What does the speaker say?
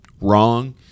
wrong